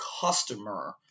customer